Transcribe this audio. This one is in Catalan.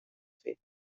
fer